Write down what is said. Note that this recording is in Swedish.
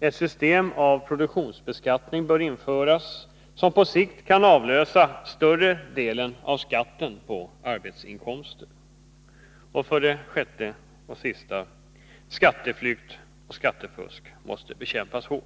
Ett system av produktionsbeskattning bör införas som på sikt kan avlösa större delen av skatten på arbetsinkomster. 6. Skatteflykt och skattefusk måste bekämpas hårt.